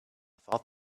thought